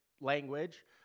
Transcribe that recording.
language